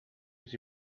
was